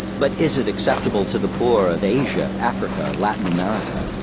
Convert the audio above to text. but is it acceptable to the poor of asia, africa, latin america,